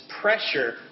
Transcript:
pressure